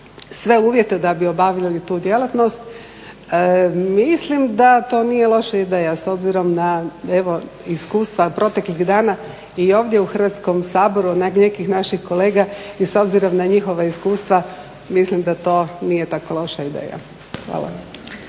sve uvjete da bi obavljali tu djelatnost mislim da to nije loša ideja s obzirom na evo iskustva proteklih dana i ovdje u Hrvatskom saboru nekih naših kolega i s obzirom na njihova iskustva mislim da to nije tako loša ideja. Hvala